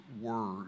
word